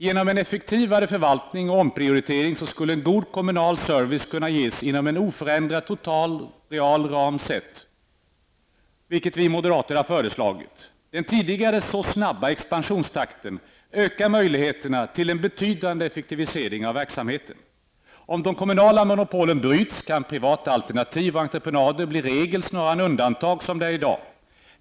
Genom en effektivare förvaltning och omprioritering skulle en god kommunal service kunna ges inom en oförändrad total ram realt sätt, vilket vi moderater har föreslagit. Den tidigare så snabba expansionstakten ökar möjligheterna till en betydande effektivisering av verksamheten. Om de kommunala monopolen bryts kan privata alternativ och entreprenader bli regel snarare än undantag som det är i dag.